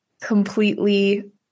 completely